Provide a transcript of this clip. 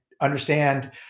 understand –